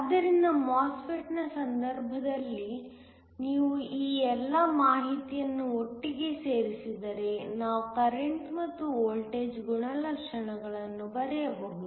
ಆದ್ದರಿಂದ MOSFET ನ ಸಂದರ್ಭದಲ್ಲಿ ನೀವು ಈ ಎಲ್ಲಾ ಮಾಹಿತಿಯನ್ನು ಒಟ್ಟಿಗೆ ಸೇರಿಸಿದರೆ ನಾವು ಕರೆಂಟ್ ಮತ್ತು ವೋಲ್ಟೇಜ್ ಗುಣಲಕ್ಷಣಗಳನ್ನು ಬರೆಯಬಹುದು